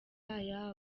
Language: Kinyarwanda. ayabo